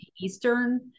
Eastern